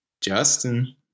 Justin